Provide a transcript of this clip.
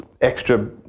extra